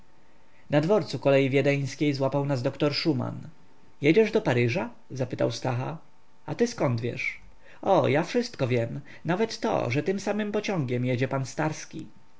na dworcu kolei wiedeńskiej złapał nas doktor szuman jedziesz do paryża zapytał stacha a ty zkąd wiesz o ja wszystko wiem nawet to że tym samym pociągiem jedzie pan starski